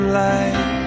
light